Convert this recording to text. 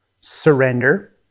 surrender